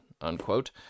unquote